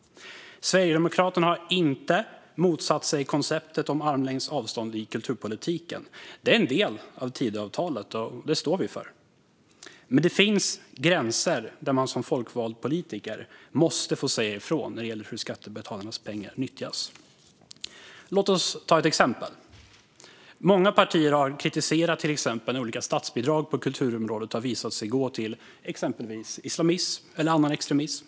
Sverigedemokraterna har inte motsatt sig konceptet om armlängds avstånd i kulturpolitiken. Det är en del av Tidöavtalet, och det står vi för. Det finns dock gränser där man som folkvald politiker måste få säga ifrån när det gäller hur skattebetalarnas pengar nyttjas. Låt oss ta ett exempel. Många partier har kritiserat att olika statsbidrag har visat sig gå till exempelvis islamism eller annan extremism.